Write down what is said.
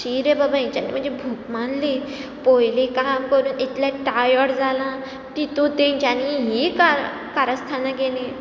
शी रे बाबा हेंच्यांनी म्हजी भूक मारली पयलीं काम करून इतलें टायर्ड जालां तितून तेंच्यांनी हीं कारस्तांना केलीं